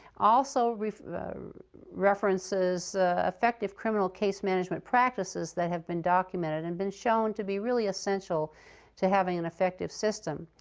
also, references effective criminal case management practices that have been documented and been shown to be really essential to having an effective system.